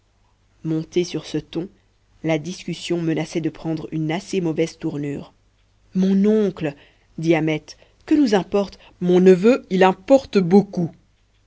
montée sur ce ton la discussion menaçait de prendre une assez mauvaise tournure mon oncle dit ahmet que nous importe mon neveu il importe beaucoup